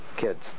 kids